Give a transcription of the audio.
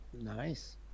Nice